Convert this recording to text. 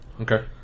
Okay